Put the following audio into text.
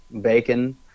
bacon